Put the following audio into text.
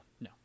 No